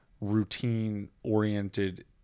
routine-oriented